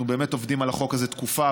אנחנו באמת עובדים על החוק הזה תקופה,